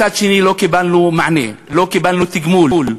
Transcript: מצד שני, לא קיבלנו מענה, לא קיבלנו תגמול.